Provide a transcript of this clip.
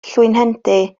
llwynhendy